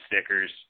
stickers